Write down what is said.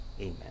Amen